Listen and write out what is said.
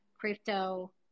crypto